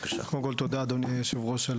קודם כל, תודה אדוני היושב-ראש על